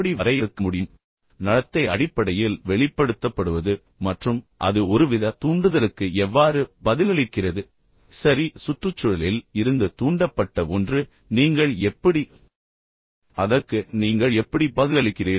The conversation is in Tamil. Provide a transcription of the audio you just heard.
அதாவது உங்கள் உடல் உங்கள் வாய்மொழி சொற்களற்ற நகர்வு நடத்தை அடிப்படையில் வெளிப்படுத்தப்படுவது மற்றும் அது ஒருவித தூண்டுதலுக்கு எவ்வாறு பதிலளிக்கிறது சரி சுற்றுச்சூழலில் இருந்து தூண்டப்பட்ட ஒன்று நீங்கள் எப்படி அதற்கு நீங்கள் எப்படி பதிலளிக்கிறீர்கள்